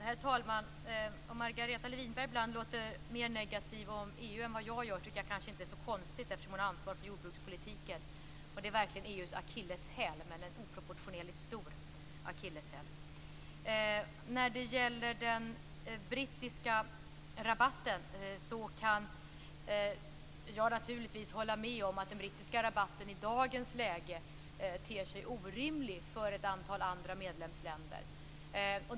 Herr talman! Om Margareta Winberg ibland låter mer negativ om EU än jag kanske inte är så konstigt eftersom hon har ansvaret för jordbrukspolitiken. Det är verkligen EU:s akilleshäl, en oproportionerligt stor akilleshäl. När det gäller den brittiska rabatten kan jag naturligtvis hålla med om att den i dagens läge ter sig orimlig för ett antal andra medlemsländer.